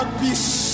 peace